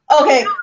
okay